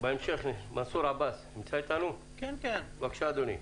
מנסור עבאס, בבקשה, אדוני.